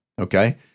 Okay